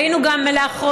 ראינו גם לאחרונה,